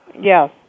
Yes